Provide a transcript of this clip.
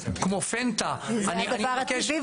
זה הדבר הטבעי,